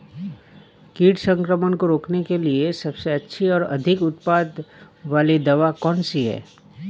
कीट संक्रमण को रोकने के लिए सबसे अच्छी और अधिक उत्पाद वाली दवा कौन सी है?